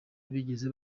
bigeze